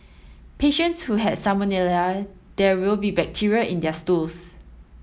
patients who have salmonella there will be bacteria in their stools